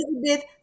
Elizabeth